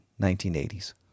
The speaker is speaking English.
1980s